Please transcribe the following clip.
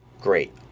great